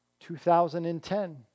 2010